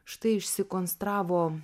štai išsikonstravo